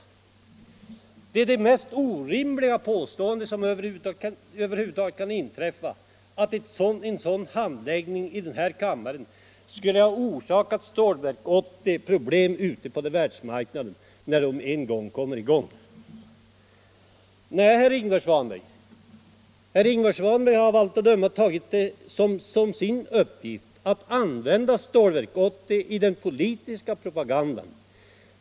Det är det mest orimliga påstående som över huvud taget kan tänkas, att kammarens handläggning skulle komma att förorsaka Stålverk 80 problem ute på världsmarknaden när Stålverk 80 kommer i gång med sin verksamhet. Nej, herr Ingvar Svanberg har av allt att döma tagit som sin uppgift att använda Stålverk 80 i den politiska propagandan.